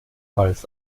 als